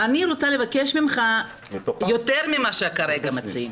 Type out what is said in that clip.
אני רוצה לבקש ממך יותר ממה שכרגע מציעים,